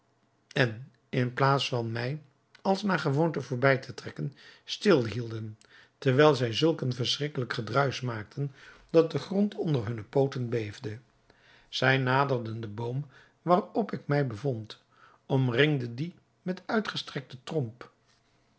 en in plaats van mij als naar gewoonte voorbij te trekken stil hielden terwijl zij zulk een verschrikkelijk gedruisch maakten dat de grond onder hunne pooten beefde zij naderden den boom waarop ik mij bevond omringden dien met uitgestrekte tromp